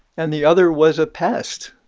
and the other was a pest.